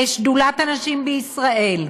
לשדולת הנשים בישראל,